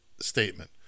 statement